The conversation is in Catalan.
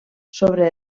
sobre